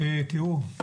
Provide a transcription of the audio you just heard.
תראו,